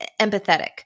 empathetic